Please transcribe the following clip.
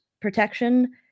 protection